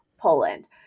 Poland